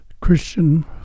Christian